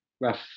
rough